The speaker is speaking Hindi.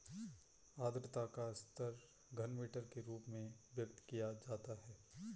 आद्रता का स्तर घनमीटर के रूप में व्यक्त किया जाता है